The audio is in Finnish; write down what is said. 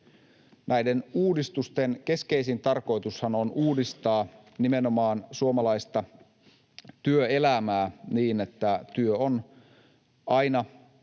Näiden uudistusten keskeisin tarkoitushan on uudistaa nimenomaan suomalaista työelämää niin, että työ on aina